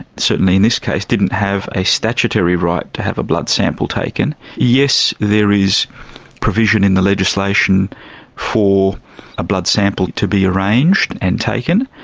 certainly in this case didn't have a statutory right to have a blood sample taken. yes, there is provision in the legislation for a blood sample to be arranged and taken,